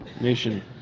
nation